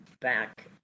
back